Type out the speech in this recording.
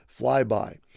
flyby